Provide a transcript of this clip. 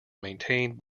maintained